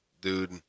Dude